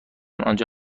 آنجا